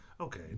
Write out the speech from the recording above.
Okay